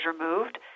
removed